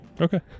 Okay